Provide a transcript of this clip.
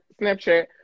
snapchat